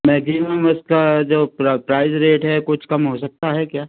maximum उसका जो price rate है कुछ कम हो सकता है क्या